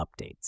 updates